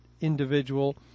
individual